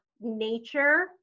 nature